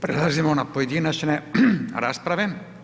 Prelazimo na pojedinačne rasprave.